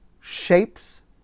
shapes